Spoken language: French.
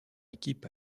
équipe